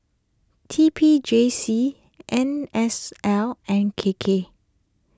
T P J C N S L and K K